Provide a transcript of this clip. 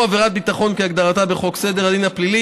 או עבירת ביטחון כהגדרתה בחוק סדר הדין הפלילי